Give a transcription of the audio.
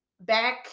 back